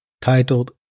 titled